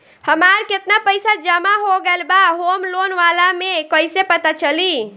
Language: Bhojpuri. हमार केतना पईसा जमा हो गएल बा होम लोन वाला मे कइसे पता चली?